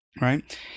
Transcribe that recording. right